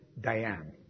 Diane